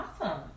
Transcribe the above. Awesome